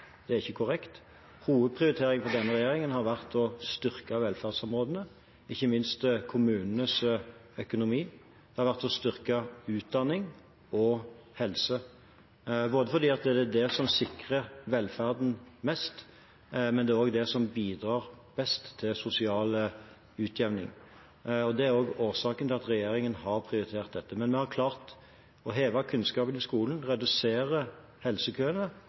Det er ikke korrekt. Hovedprioriteringen for denne regjeringen har vært å styrke velferdsområdene, ikke minst kommunenes økonomi. Det har vært å styrke utdanning og helse, både fordi det er det som sikrer velferden mest, og fordi det er det som bidrar best til sosial utjevning. Det er årsaken til at regjeringen har prioritert dette. Vi har klart å heve kunnskapen i skolen, redusere helsekøene,